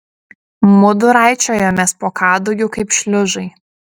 mudu raičiojomės po kadugiu kaip šliužai